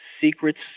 Secrets